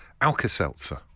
Alka-Seltzer